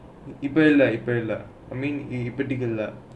இப்பே இல்லே இப்பே இல்லே:ippe illae ippe illae I mean in particular